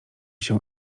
się